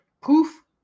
Poof